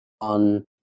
on